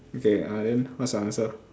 okay ah then what's your answer